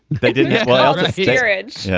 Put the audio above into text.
they didn't gerrard's. yeah